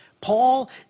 Paul